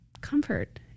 comfort